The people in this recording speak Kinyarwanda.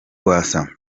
rwasa